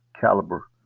caliber